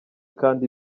kandi